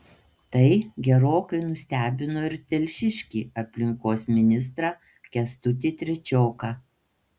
tai gerokai nustebino ir telšiškį aplinkos ministrą kęstutį trečioką